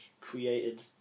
created